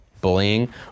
bullying